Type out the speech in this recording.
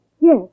Yes